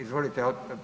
Izvolite.